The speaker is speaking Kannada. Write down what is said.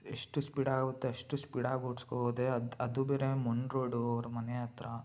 ಎಷ್ಟು ಸ್ಪೀಡಾಗಿ ಆಗುತ್ತೆ ಅಷ್ಟು ಸ್ಪೀಡಾಗಿ ಓಡಿಸ್ಕೋ ಹೋದೆ ಅದು ಬೇರೆ ಮಣ್ಣು ರೋಡು ಅವ್ರ ಮನೆ ಹತ್ರ